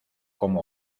como